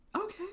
okay